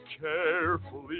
carefully